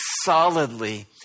solidly